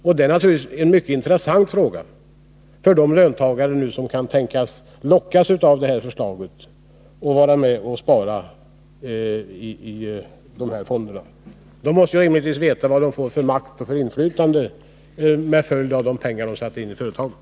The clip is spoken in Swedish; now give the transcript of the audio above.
Och det är naturligtvis en mycket intressant fråga för de löntagare som kan tänkas bli lockade av förslaget att vara med och spara i de här fonderna. De måste rimligtvis veta vad de får för makt och inflytande med anledning av de pengar som de sätter in i företaget.